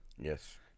yes